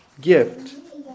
gift